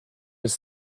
was